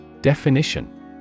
Definition